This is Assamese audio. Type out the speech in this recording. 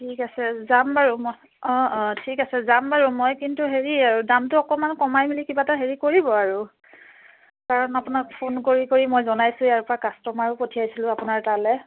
ঠিক আছে যাম বাৰু মই অঁ অঁ ঠিক আছে যাম বাৰু মই কিন্তু হেৰি দামটো অকণমান কমাই মেলি কিবা এটা হেৰি কৰিব আৰু কাৰণ আপোনাক ফোন কৰি কৰি মই জনাইছোঁ ইয়াৰ পৰা কাষ্টমাৰো পঠিয়াইছিলোঁ আপোনাৰ তালৈ